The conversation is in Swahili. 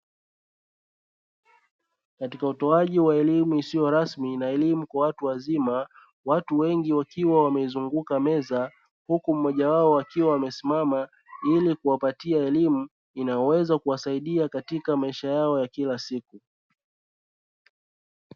Katika utoaji wa elimu isiyo rasmi na elimu kwa watu wazima watu wengi wakiwa wamezunguka meza, huku mmoja wao akiwa amesimama ili kuwapatia elimu inayoweza kuwasaidia katika maisha yao ya kila siku.